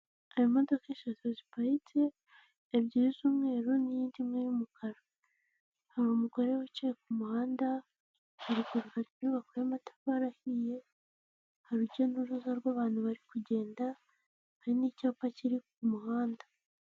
Hari imodoka eshatu ziparitse ebyiri z'umweru n'iyindi imwe y'umukara, hari umugore wicaye ku muhanda hafi y'inyubako y'amatafari ahiye, hari urujya n'uruza rw'abantu bari kugenda, hari n'icyapa kiri ku muhanda.